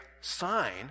sign